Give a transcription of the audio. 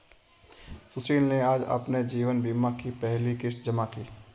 सुशील ने आज अपने जीवन बीमा की पहली किश्त जमा की